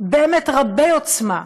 באמת רבי עוצמה,